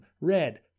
red